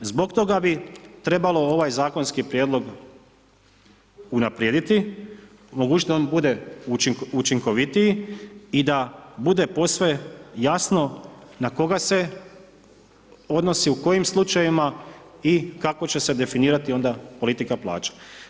Zbog toga bi trebalo ovaj zakonski prijedlog unaprijediti, omogućiti da on bude učinkovitiji i da bude posve jasno na koga se odnosi u kojim slučajevima i kako će se definirati onda politika plaće.